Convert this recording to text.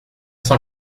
cent